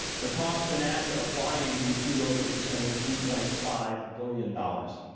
the cost to nasa of flying these two rovers was gonna be three point five billion dollars,